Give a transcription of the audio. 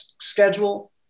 schedule